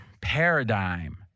paradigm